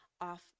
off